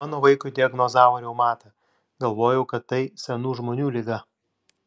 mano vaikui diagnozavo reumatą galvojau kad tai senų žmonių liga